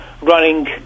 running